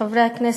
חברי הכנסת,